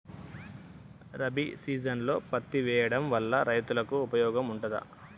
రబీ సీజన్లో పత్తి వేయడం వల్ల రైతులకు ఉపయోగం ఉంటదా?